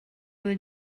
will